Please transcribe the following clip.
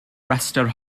rhestr